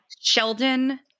Sheldon